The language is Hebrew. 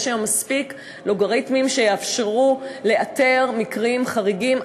יש היום מספיק אלגוריתמים שיאפשרו לאתר מקרים חריגים,